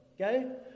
okay